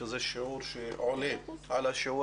שזה שיעור שעולה על השיעור